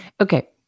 Okay